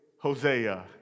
Hosea